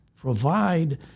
provide